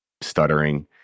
stuttering